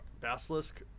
Basilisk